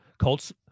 Colts